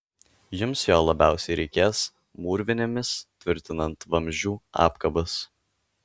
jums jo labiausiai reikės mūrvinėmis tvirtinant vamzdžių apkabas